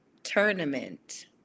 tournament